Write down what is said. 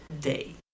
day